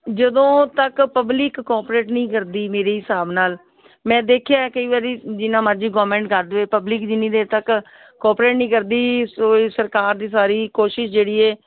ਜਦੋਂ ਤੱਕ public cooperate ਨਹੀਂ ਕਰਦੀ ਮੇਰੇ ਹਿਸਾਬ ਨਾਲ ਮੈਂ ਦੇਖਿਆ ਹੈ ਕਈ ਵਾਰੀ ਜਿੰਨਾ ਮਰਜ਼ੀ ਗੌਰਮੈਂਟ ਕਰ ਦਵੇ ਪਬਲਿਕ ਜਿੰਨੀ ਦੇਰ ਤੱਕ ਕੋਪਰੇਟ ਨਹੀਂ ਕਰਦੀ ਉਹ ਸਰਕਾਰ ਦੀ ਸਾਰੀ ਕੋਸ਼ਿਸ਼ ਜਿਹੜੀ ਹੈ